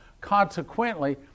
consequently